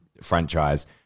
franchise